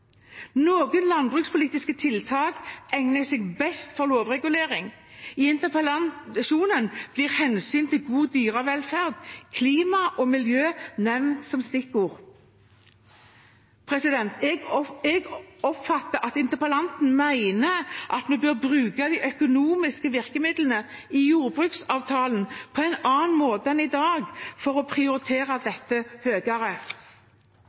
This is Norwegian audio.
Noen landbrukspolitiske tiltak egner seg best for lovregulering. I interpellasjonen blir hensyn til god dyrevelferd, klima og miljø nevnt som stikkord. Jeg oppfatter at interpellanten mener at vi bør bruke de økonomiske virkemidlene i jordbruksavtalen på en annen måte enn i dag for å prioritere